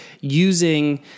using